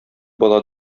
бала